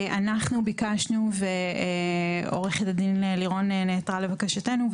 אנחנו ביקשנו ועורכת הדין לירון נענתה לבקשתנו,